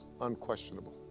unquestionable